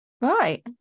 Right